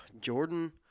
Jordan